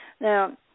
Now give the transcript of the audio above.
Now